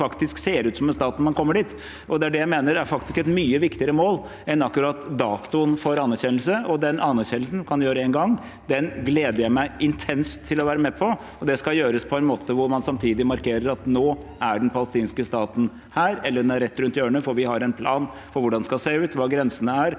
som faktisk ser ut som en stat når man kommer dit. Det er det jeg mener faktisk er et mye viktigere mål enn akkurat datoen for anerkjennelse. Den anerkjennelsen man kan gjøre en gang, gleder jeg meg intenst til å være med på, og det skal gjøres på en måte hvor man samtidig markerer at nå er den palestinske staten her – eller den er rett rundt hjørnet – for vi har en plan for hvordan den skal se ut, hvor grensene er,